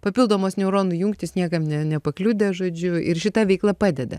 papildomos neuronų jungtys niekam ne nepakliudė žodžiu ir šita veikla padeda